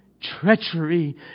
treachery